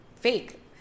fake